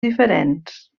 diferents